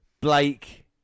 Blake